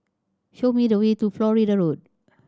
show me the way to Florida Road